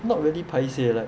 not really paiseh like